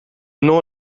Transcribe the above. non